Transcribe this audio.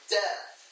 death